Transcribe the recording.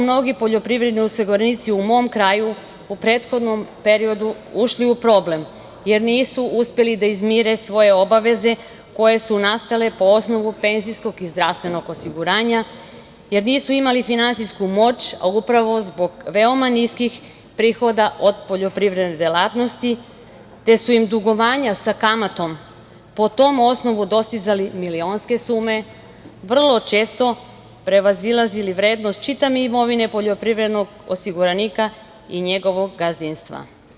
Mnogi poljoprivredni osiguranici su u mom kraju, u prethodnom periodu ušli u problem, jer nisu uspeli da izmire svoje obaveze koje su nastale po osnovu penzijskog i zdravstvenog osiguranja, jer nisu imali finansijsku moć, a upravo zbog veoma niskih prihoda od poljoprivredne delatnosti, te su im dugovanja sa kamatom po tom osnovu dostizali milionske sume, vrlo često prevazilazili vrednost čitave imovine od poljoprivrednog osiguranika i njegovog gazdinstva.